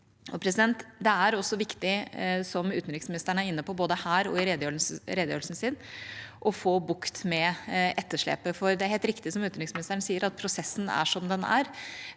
EØS-avtalen. Det er også viktig, som utenriksministeren er inne på både her og i redegjørelsen sin, å få bukt med etterslepet. For det er helt riktig som utenriksministeren sier, at prosessen er som den er,